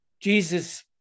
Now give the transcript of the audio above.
Jesus